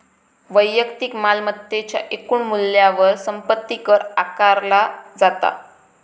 वैयक्तिक मालमत्तेच्या एकूण मूल्यावर संपत्ती कर आकारला जाता